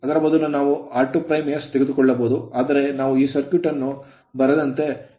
ಇದರ ಬದಲು ನಾವು r2s ತೆಗೆದುಕೊಳ್ಳಬಹುದು ಆದರೆ ನಾವು ಈ ಸರ್ಕ್ಯೂಟ್ ಅನ್ನು ಬರೆದಂತೆ ಇದನ್ನು ತೆಗೆದುಕೊಳ್ಳಲಾಗಿದೆ